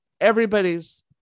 everybody's